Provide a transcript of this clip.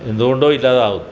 എന്ത് കൊണ്ടോ ഇല്ലാതാവുന്നു